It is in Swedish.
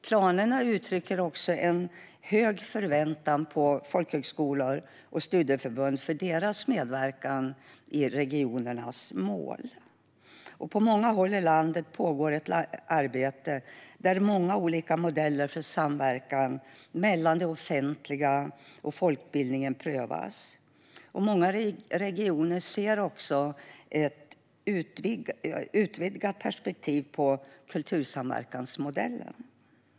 Planerna uttrycker också en hög förväntan på folkhögskolor och studieförbund vad gäller deras medverkan i regionernas mål. På många håll i landet pågår ett arbete där många olika modeller för samverkan mellan det offentliga och folkbildningen prövas. Många regioner ser också ett utvidgat perspektiv på kultursamverkansmodellen.